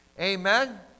Amen